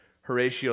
Horatio